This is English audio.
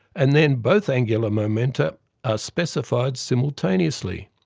and then both angular momenta are specified simultaneously.